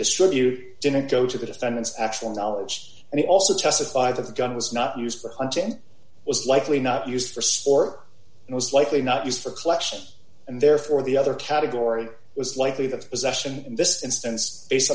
distribute didn't go to the defendant's actual knowledge and he also testified that the gun was not used for hunting was likely not used for sport and was likely not used for collection and therefore the other category was likely the possession in this instance based